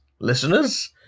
listeners